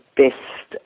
best